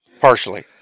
partially